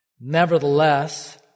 Nevertheless